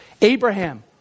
Abraham